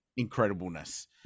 incredibleness